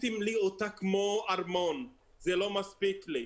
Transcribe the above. עשיתם לי אותה כמו ארמון, זה לא מספיק לי.